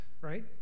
right